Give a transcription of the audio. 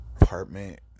apartment